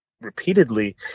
repeatedly